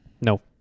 No